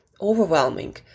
overwhelming